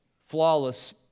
flawless